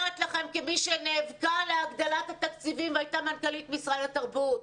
אומרת לכם כמי שנאבק להגדלת התקציבים והייתה מנכ"לית משרד התרבות.